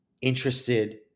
interested